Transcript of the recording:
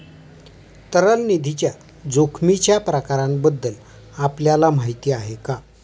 तरल निधीच्या जोखमीच्या प्रकारांबद्दल आपल्याला माहिती आहे का?